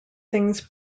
things